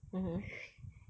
mmhmm